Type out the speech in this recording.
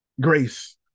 Grace